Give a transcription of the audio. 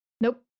nope